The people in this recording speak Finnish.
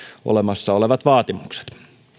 olemassa olevat vaatimukset